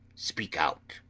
speak out!